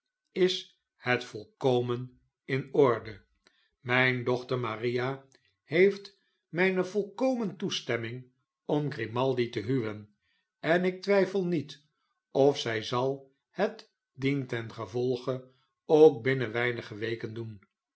is het volkomen in orde mijne dochter maria heeft mijne volkomen toestemming om grimaldi te huwen en ik twijfel niet of zij zal het dientengevolge ook binnen weinige weken doen